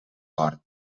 fort